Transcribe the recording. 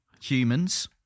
Humans